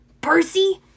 Percy